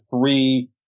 three